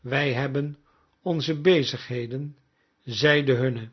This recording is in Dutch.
wij hebben onze bezigheden zij de